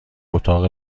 اتاق